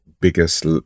biggest